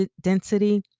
density